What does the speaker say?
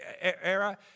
era